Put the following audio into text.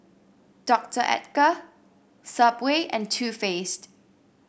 Doctor Oetker Subway and Too Faced